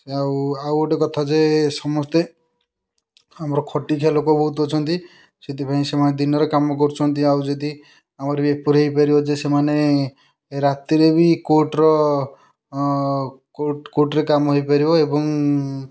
ଆଉ ଆଉ ଗୋଟିଏ କଥା ଯେ ସମସ୍ତେ ଆମର ଖଟିଖିଆ ଲୋକ ବହୁତ ଅଛନ୍ତି ସେଥିପାଇଁ ସେମାନେ ଦିନରେ କାମ କରୁଛନ୍ତି ଆଉ ଯଦି ଆମର ଏପରି ହୋଇପାରିବ ଯେ ସେମାନେ ରାତିରେ ବି କୋର୍ଟର କୋର୍ଟରେ କମ ହୋଇପାରିବ ଏବଂ